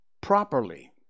properly